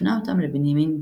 והפנה אותם לבנימין גיבלי.